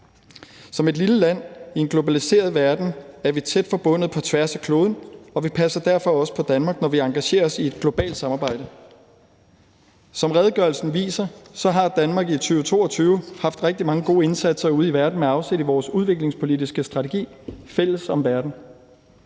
Som et lille land i en globaliseret verden er vi tæt forbundet med andre på tværs af kloden, og vi passer derfor også på Danmark, når vi engagerer os i et globalt samarbejde. Som redegørelsen viser, har Danmark i 2022 haft rigtig mange gode indsatser ude i verden med afsæt i vores udviklingspolitiske strategi »Fælles om verden«.